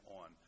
on